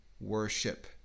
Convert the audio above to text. worship